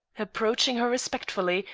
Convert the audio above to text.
approaching her respectfully,